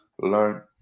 learn